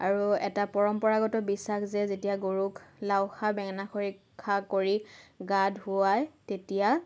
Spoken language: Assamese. আৰু এটা পৰম্পৰাগত বিশ্বাস যে যেতিয়া গৰুক লাও খা বেঙেনা খৰি খা কৰি গা ধোৱায় তেতিয়া